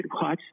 watch